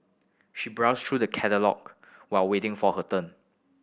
she browsed through the catalogue while waiting for her turn